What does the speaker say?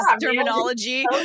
terminology